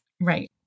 Right